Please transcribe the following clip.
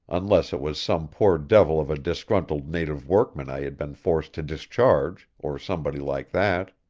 unless it was some poor devil of a disgruntled native workman i had been forced to discharge, or somebody like that.